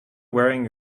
wearing